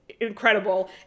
incredible